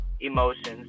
emotions